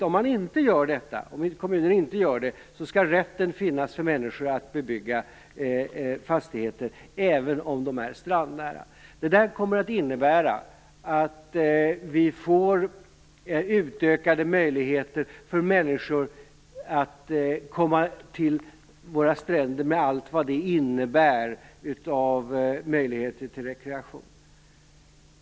Om kommunen inte gör detta skall rätten finnas för människor att bebygga fastigheter även om de är strandnära. Detta kommer att innebära utökade möjligheter för människor att komma till stränderna, med allt vad det innebär av möjligheter till rekreation.